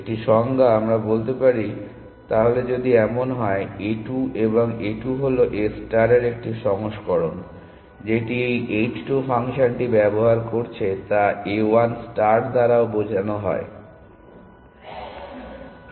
একটি সংজ্ঞা আমরা বলতে পারি তাহলে যদি এমন হয় a 2 এবং a 2 হলো a ষ্টার এর একটি সংস্করণ যেটি এই h 2 ফাংশনটি ব্যবহার করছে তা A 1 ষ্টার দ্বারাও দেখা যায়